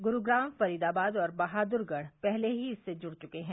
गुरूग्राम फरीदाबाद और बहादुरगढ़ पहले ही इस से जुड़ चुके हैं